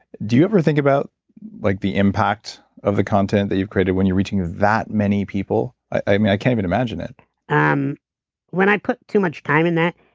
do you ever think about like the impact of the content that you've created when you're reaching that many people? i can't even imagine it um when i put too much time in that,